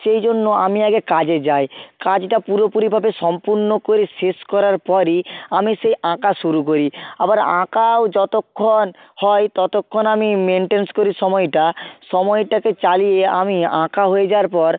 সেই জন্য আমি আগে কাজে যাই কাজটা পুরোপুরিভাবে সম্পূর্ণ করে শেষ করার পরই আমি সেই আঁকা শুরু করি আবার আঁকাও যতক্ষণ হয় ততক্ষন আমি মেইনটেইন করি সময়টা সময়টাকে চালিয়ে আমি আঁকা হয়ে যাওয়ার পর